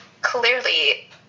clearly